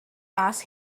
ask